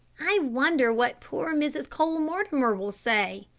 i wonder what poor mrs. cole-mortimer will say.